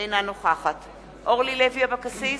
אינה נוכחת אורלי לוי אבקסיס,